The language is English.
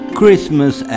Christmas